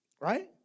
right